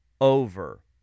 over